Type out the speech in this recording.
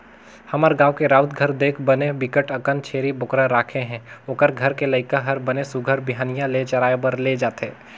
हमर गाँव के राउत घर देख बने बिकट अकन छेरी बोकरा राखे हे, ओखर घर के लइका हर बने सुग्घर बिहनिया ले चराए बर ले जथे